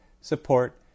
support